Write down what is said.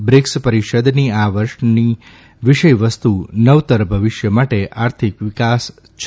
BRICS પરીષદની આ વર્ષની વિષય વસ્તુ નવતર ભવિષ્ય માટે આર્થિક વિકાસ એ છે